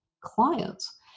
clients